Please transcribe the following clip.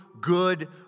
good